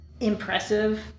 impressive